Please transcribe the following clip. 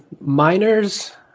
miners